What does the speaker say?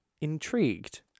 intrigued